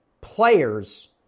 players